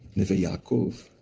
neve yaakov,